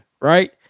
right